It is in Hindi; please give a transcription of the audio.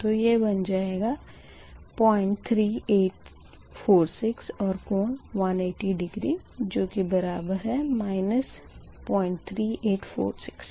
तो यह बन जाएगा 03846 और कोण 180 डिग्री जो की बराबर है −03846 के